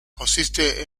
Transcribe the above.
consiste